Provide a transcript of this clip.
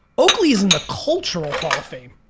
oakley is in the cultural hall of fame.